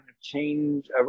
change